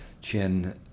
Chin